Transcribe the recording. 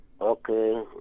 Okay